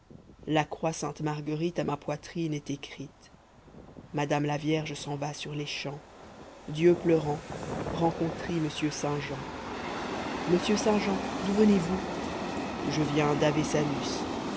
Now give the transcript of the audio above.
la croix sainte-marguerite à ma poitrine est écrite madame la vierge s'en va sur les champs dieu pleurant rencontrit mr saint jean monsieur saint jean d'où venez-vous je viens d'ave salus